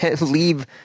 leave